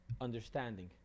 understanding